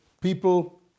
people